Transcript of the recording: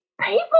people